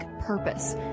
purpose